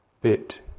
bit